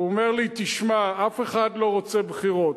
הוא אומר לי: תשמע, אף אחד לא רוצה בחירות.